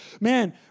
man